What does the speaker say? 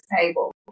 table